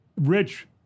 Rich